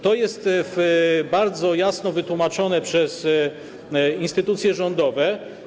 To jest bardzo jasno wytłumaczone przez instytucje rządowe.